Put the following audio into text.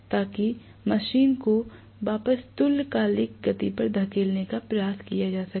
ताकि मशीन को वापस तुल्यकालिक गति पर धकेलने का प्रयास किया जा सके